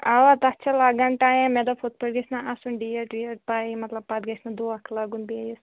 اَوا تتھ چھُ لَگان ٹایِم مےٚ دوٚپ یِتھٕ پٲٹھۍ گژھِ نا آسٕنۍ ڈیٹ ویٚٹ پےَ مطلب پَتہٕ گژھِ نہٕ دۅکھٕ لَگُن بیٚیِس